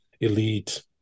elite